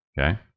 Okay